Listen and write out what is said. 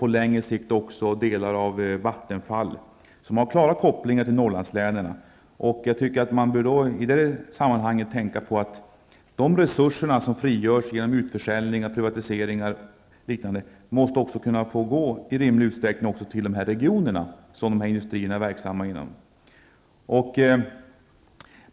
På längre sikt blir också delar av Vattenfall aktuella. Dessa företag har klara kopplingar till Norrlandslänen. I det sammanhanget bör man tänka på att de resurser som frigörs genom utförsäljning, privatisering och liknande i rimlig utsträckning också måste få gå till de regioner som de här industrierna är verksamma inom.